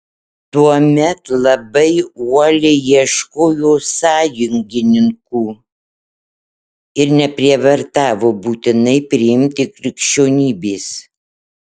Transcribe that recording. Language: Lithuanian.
tuomet labai uoliai ieškojo sąjungininkų ir neprievartavo būtinai priimti krikščionybės